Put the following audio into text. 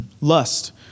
Lust